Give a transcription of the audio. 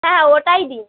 হ্যাঁ ওটাই দিন